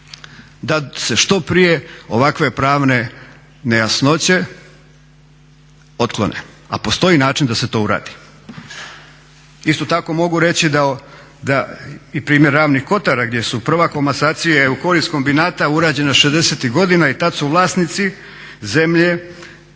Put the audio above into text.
da se što prije ovakve pravne nejasnoće otklone. A postoji način da se to uradi. Isto tako mogu reći da i primjer Ravnih kotara gdje prva komasacija je u korist kombinata urađena '60-ih godina i tad su vlasnici zemlje